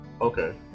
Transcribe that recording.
okay